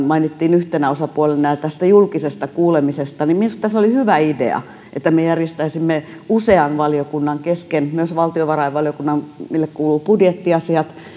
mainittiin yhtenä osapuolena tässä julkisessa kuulemisessa ja minusta se oli hyvä idea että me järjestäisimme usean valiokunnan kesken myös valtiovarainvaliokunnalle mille kuuluu budjettiasiat